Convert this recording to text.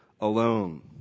alone